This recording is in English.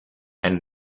and